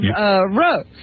Rose